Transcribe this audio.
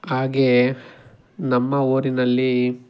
ಹಾಗೇ ನಮ್ಮ ಊರಿನಲ್ಲಿ